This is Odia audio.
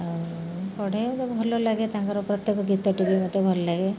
ଆଉ ପଢ଼େ ତା'ପରେ ଭଲ ଲାଗେ ତାଙ୍କର ପ୍ରତ୍ୟେକ ଗୀତଟି ବି ମତେ ଭଲ ଲାଗେ